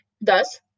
Thus